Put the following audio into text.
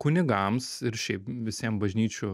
kunigams ir šiaip visiem bažnyčių